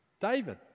David